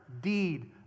deed